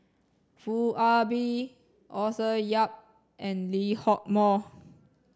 Ah Bee Arthur Yap and Lee Hock Moh